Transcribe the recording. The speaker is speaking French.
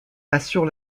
assure